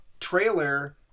trailer